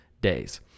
days